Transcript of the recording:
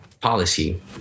policy